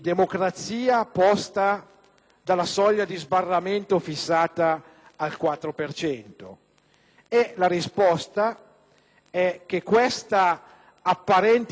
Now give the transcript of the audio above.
La risposta è che questa apparente limitazione dell'espressione democratica